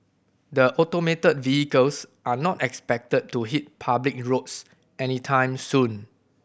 the automated vehicles are not expected to hit public roads anytime soon